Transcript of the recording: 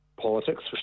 politics